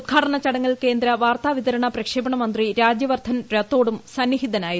ഉദ്ഘാടനചടങ്ങിൽ കേന്ദ്ര വാർത്താവിതരണ പ്രക്ഷേപണമുന്ത്രി രാജ്യവർദ്ധൻ രാത്തോഡും സന്നിഹിതനായിരുന്നു